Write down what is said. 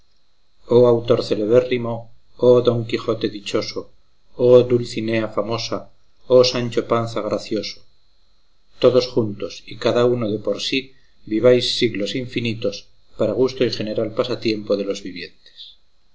oh autor celebérrimo oh don quijote dichoso oh dulcinea famosa oh sancho panza gracioso todos juntos y cada uno de por sí viváis siglos infinitos para gusto y general pasatiempo de los vivientes